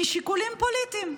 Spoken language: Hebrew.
משיקולים פוליטיים.